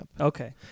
Okay